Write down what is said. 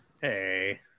Hey